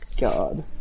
God